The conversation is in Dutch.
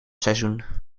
seizoen